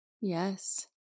Yes